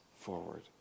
forward